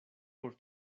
por